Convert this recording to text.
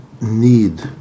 need